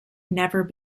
never